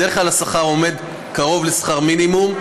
בדרך כלל השכר הוא קרוב לשכר מינימום,